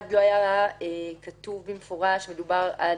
אחד, מדובר על